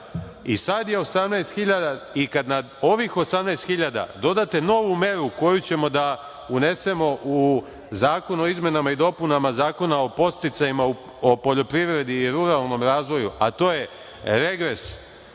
i sad je 18.000.Kada na ovih 18.000 dodate novu meru koju ćemo da unesemo u zakon o izmenama i dopunama Zakona o podsticajima u poljoprivredi i ruralnom razvoju, a to je regres